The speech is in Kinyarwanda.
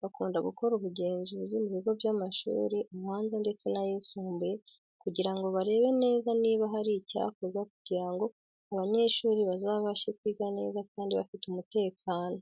bakunda gukora ubugenzuzi mu bigo by'amashuri abanza ndetse n'ayisumbuye kugira ngo barebe neza niba hari icyakorwa kugira ngo abanyeshuri bazabashe kwiga neza kandi bafite umutekano.